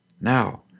now